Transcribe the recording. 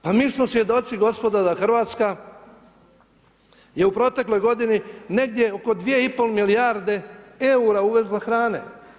Pa mi smo svjedoci gospodo da Hrvatska je u protekloj godini negdje oko 2 i pol milijarde eura uvezla hrane.